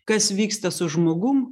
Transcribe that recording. kas vyksta su žmogum